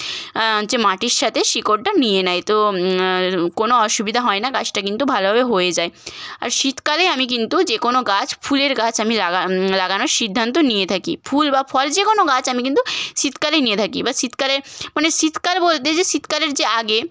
যে মাটির সাথে শিকড়টা নিয়ে নেয় তো কোনও অসুবিধা হয় না গাছটা কিন্তু ভালোভাবে হয়ে যায় আর শীতকালে আমি কিন্তু যে কোনও গাছ ফুলের গাছ আমি লাগানোর সিদ্ধান্ত নিয়ে থাকি ফুল বা ফল যে কোনও গাছ আমি কিন্তু শীতকালেই নিয়ে থাকি বা শীতকালে মানে শীতকাল বলতে যে শীতকালের যে আগে